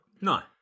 no